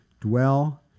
Dwell